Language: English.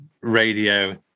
radio